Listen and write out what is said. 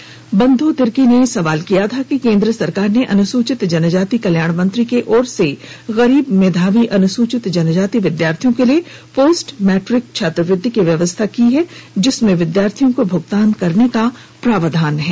विधायक बन्धू तिर्की ने सवाल किया था केंद्र सरकार ने अनुसचित जनजाति कल्याण मंत्री के ओर से गरीब मेधावी अनुसूचित जनजाति विद्यार्थियों के लिए पोस्ट मैट्रिक छात्रवृत्ति की व्यवस्था की गई है जिसमें विद्यार्थियों को भुगतान करने का प्रावधान है